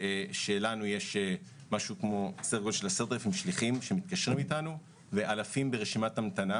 לנו יש כ-10,000 שליחים שמתקשרים אינו ואלפים ברשימת המתנה.